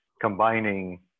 combining